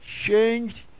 changed